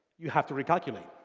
you have to recalculate.